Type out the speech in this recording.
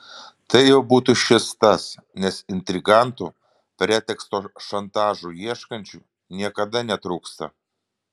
tai jau būtų šis tas nes intrigantų preteksto šantažui ieškančių niekada netrūksta